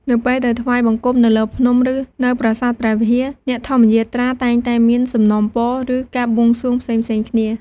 នៅពេលទៅថ្វាយបង្គំនៅលើភ្នំ ឬនៅប្រាសាទព្រះវិហារ អ្នកធម្មយាត្រាតែងតែមាន សំណូមពរ ឬ ការបួងសួង ផ្សេងៗគ្នា។